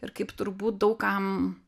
ir kaip turbūt daug kam